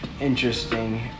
interesting